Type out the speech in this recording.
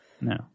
No